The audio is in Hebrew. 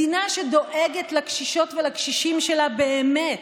מדינה שדואגת לקשישות ולקשישים שלה באמת,